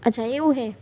અચ્છા એવું છે